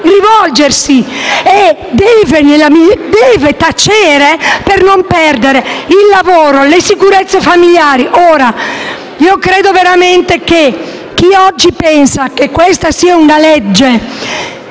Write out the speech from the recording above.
rivolgersi e deve tacere per non perdere il lavoro e le sicurezze familiari. Credo davvero che chi oggi pensa che questo sia un